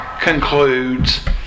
concludes